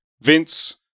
Vince